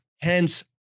Hence